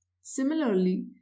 Similarly